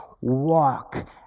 walk